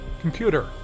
Computer